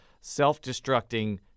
self-destructing